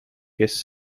kes